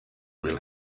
will